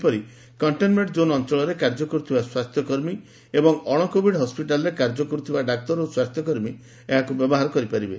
ସେହିପରି କକ୍କେନମେଙ୍କ ଜୋନ ଅଞ୍ଚଳରେ କାର୍ଯ୍ୟ କର୍ଥିବା ସ୍ୱାସ୍ଥ୍ୟ କର୍ମୀ ଏବଂ ଅଣକୋଭିଡ୍ ହସ୍ପିଟାଲରେ କାର୍ଯ୍ୟ କରୁଥିବା ଡାକ୍ତର ଓ ସ୍ୱାସ୍ଥ୍ୟକର୍ମୀ ଏହାକୁ ବ୍ୟବହାର କରିପାରିବେ